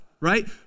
right